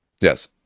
Yes